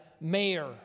mayor